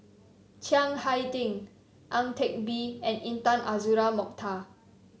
Chiang Hai Ding Ang Teck Bee and Intan Azura Mokhtar